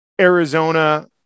Arizona